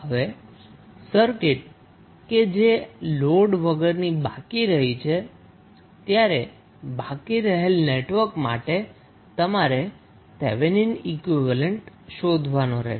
હવે સર્કિટ કે જે લોડ વગરની બાકી રહી છે ત્યારે બાકી રહેલા નેટવર્ક માટે તમારે થેવેનીન ઈક્વીવેલેન્ટ શોધવાનો રહેશે